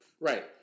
Right